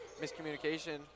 miscommunication